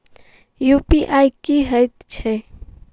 UPI की हएत छई?